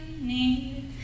need